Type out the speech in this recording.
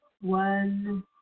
One